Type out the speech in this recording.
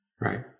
Right